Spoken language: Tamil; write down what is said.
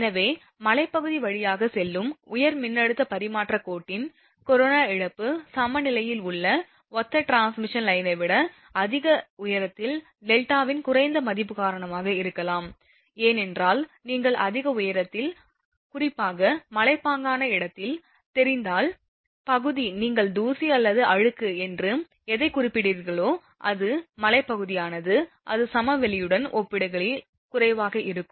எனவே மலைப்பகுதி வழியாக செல்லும் உயர் மின்னழுத்த பரிமாற்றக் கோட்டின் கரோனா இழப்பு சமவெளியில் உள்ள ஒத்த டிரான்ஸ்மிஷன் லைனை விட அதிக உயரத்தில் டெல்டாவின் குறைந்த மதிப்பு காரணமாக இருக்கலாம் ஏனென்றால் நீங்கள் அதிக உயரத்தில் குறிப்பாக மலைப்பாங்கான இடத்தில் தெரிந்தால் பகுதி நீங்கள் தூசி அல்லது அழுக்கு என்று எதைக் குறிப்பிடுகிறீர்களோ அது மலைப்பகுதியானது அது சமவெளிகளுடன் ஒப்பிடுகையில் குறைவாக இருக்கும்